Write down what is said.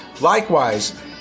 Likewise